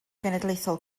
genedlaethol